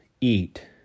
eat